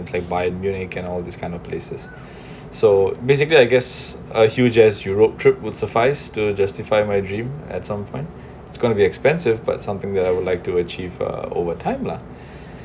play by a unique and all this kind of places so basically I guess a huge as europe trip would suffice to justify my dream at some point it's gonna be expensive but something that I would like to achieve uh over a time lah